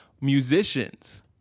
musicians